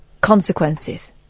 consequences